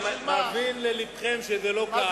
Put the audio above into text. אני מבין ללבכם, זה לא נוח,